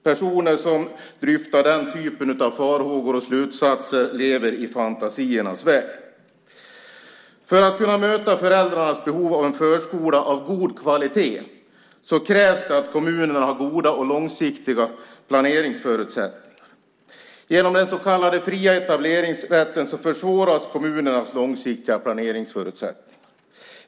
Personer som dryftar den typen av farhågor och slutsatser lever i fantasiernas värld. För att kunna möta föräldrarnas behov av en förskola av god kvalitet krävs det att kommunerna har goda och långsiktiga planeringsförutsättningar. Genom den så kallade fria etableringsrätten försvåras kommunernas långsiktiga planeringsförutsättningar.